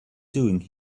doing